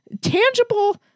tangible